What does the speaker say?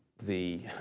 the